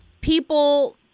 People